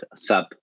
sub